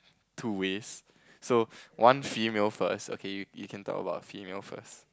two ways so one female first okay you you can talk about female first